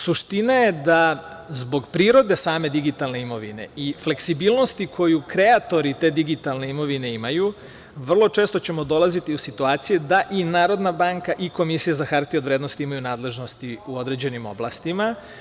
Suština je da zbog prirode same digitalne imovine i fleksibilnosti koju kreatori te digitalne imovine imaju, vrlo često ćemo dolaziti u situaciju da i Narodna banka i Komisija za hartije od vrednosti imaju nadležnosti u određenim oblastima.